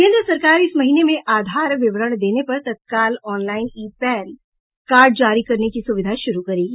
केन्द्र सरकार इस महीने में आधार विवरण देने पर तत्काल ऑनलाईन ई पैन कार्ड जारी करने की सुविधा शुरू करेगी